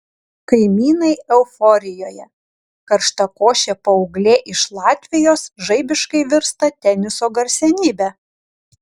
kaimynai euforijoje karštakošė paauglė iš latvijos žaibiškai virsta teniso garsenybe